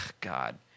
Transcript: God